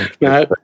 No